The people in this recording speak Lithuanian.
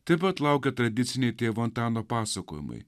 taip pat laukia tradiciniai tėvo antano pasakojimai